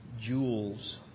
jewels